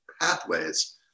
pathways